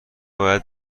باید